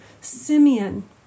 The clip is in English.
Simeon